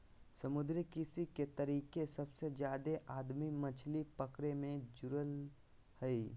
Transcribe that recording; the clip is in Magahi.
समुद्री कृषि के तरीके सबसे जादे आदमी मछली पकड़े मे जुड़ल हइ